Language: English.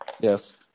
Yes